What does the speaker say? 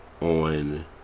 on